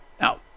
Now